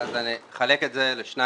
אז אני אחלק את זה לשניים.